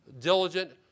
diligent